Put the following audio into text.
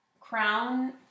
Crown